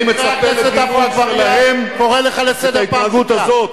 אני מצפה לגינוי שלהם את התנהגות הזאת,